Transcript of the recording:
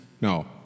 No